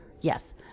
Yes